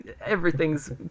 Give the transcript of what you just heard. everything's